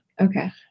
Okay